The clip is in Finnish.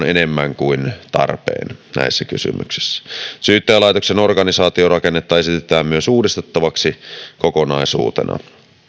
enemmän kuin tarpeen näissä kysymyksissä syyttäjälaitoksen organisaatiorakennetta esitetään myös uudistettavaksi kokonaisuutena